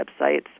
websites